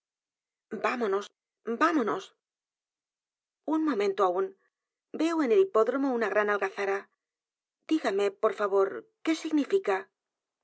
vamonos vamonos un momento aún veo en el hipódromo una g r a n a l g a z a r a dígame por favor qué significa